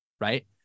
right